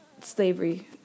slavery